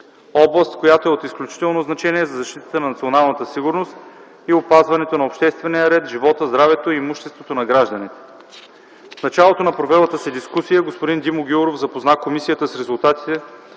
област, която е от изключително значение за защитата на националната сигурност и опазването на обществения ред, живота, здравето и имуществото на гражданите. В началото на провелата се дискусия, господин Димо Гяуров запозна Комисията с резултатите